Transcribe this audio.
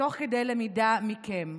תוך כדי למידה מכם.